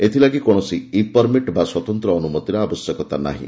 ଏଥିଲା କୌଣସି e permit ବା ସ୍ପତନ୍ତ୍ର ଅନୁମତିର ଆବଶ୍ୟକତା ନାହିଁ